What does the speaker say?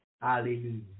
Hallelujah